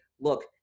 look